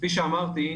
כפי שאמרתי,